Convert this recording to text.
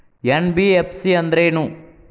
NBFC ಅಂದ್ರೇನು?